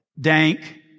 dank